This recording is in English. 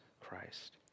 Christ